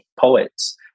poets